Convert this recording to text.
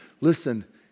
listen